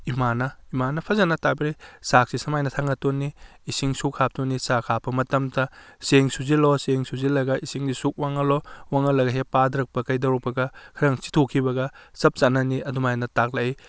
ꯏꯃꯥꯅ ꯏꯃꯥꯅ ꯐꯖꯅ ꯇꯥꯛꯄꯤꯔꯛꯏ ꯆꯥꯛꯁꯤ ꯁꯨꯃꯥꯏꯅ ꯊꯥꯡꯒꯠꯇꯣꯏꯅꯤ ꯏꯁꯤꯡꯁꯨ ꯍꯥꯞꯇꯣꯏꯅꯤ ꯆꯥꯛ ꯍꯥꯞꯄ ꯃꯇꯝꯗ ꯆꯦꯡꯁꯨꯖꯤꯜꯂꯣ ꯆꯦꯡ ꯁꯨꯖꯤꯜꯂꯒ ꯏꯁꯤꯡꯁꯤ ꯁꯨꯛ ꯋꯥꯡꯍꯜꯂꯣ ꯋꯥꯡꯍꯜꯂꯒ ꯍꯦꯛ ꯄꯥꯗꯔꯛꯄ ꯀꯩꯗꯧꯔꯛꯄꯒ ꯈꯤꯇꯪ ꯆꯤꯊꯣꯛꯈꯤꯕꯒ ꯆꯞ ꯆꯥꯅꯅꯤ ꯑꯗꯨꯃꯥꯏꯅ ꯇꯥꯛꯂꯛꯏ